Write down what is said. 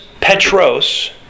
Petros